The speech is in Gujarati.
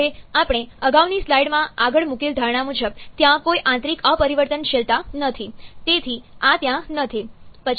હવે આપણે અગાઉની સ્લાઇડમાં આગળ મૂકેલ ધારણા મુજબ ત્યાં કોઈ આંતરિક અપરિવર્તનશીલતા નથી તેથી આ ત્યાં નથી